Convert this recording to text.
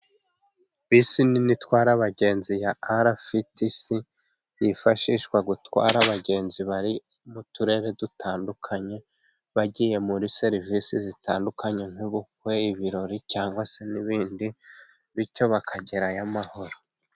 Bisi nini itwara abagenzi ya arafitisi （RFTC） yifashishwa gutwara abagenzi bari mu turere dutandukanye， bagiye muri serivisi zitandukanye， nk'ubukwe， ibirori，cyangwa se n'ibindi，bityo bakagera ayo mahoro.